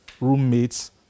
roommates